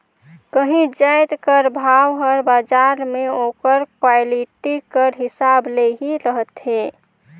काहींच जाएत कर भाव हर बजार में ओकर क्वालिटी कर हिसाब ले ही रहथे